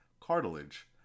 cartilage